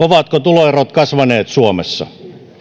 ovatko tuloerot kasvaneet suomessa